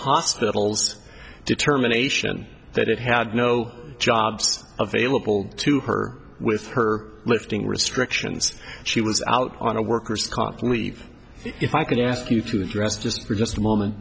hospital's determination that it had no jobs available to her with her lifting restrictions she was out on a worker's comp and we've if i can ask you to address just for just a moment